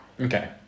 Okay